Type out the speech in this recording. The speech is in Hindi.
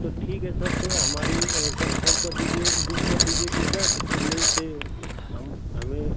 तो ठीक है सर तो हमारी कन्फम कर दीजिए बुक कर दीजिए टिकट चेन्नई से हम हमें